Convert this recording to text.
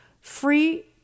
free